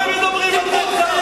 אתם מדברים על רצח?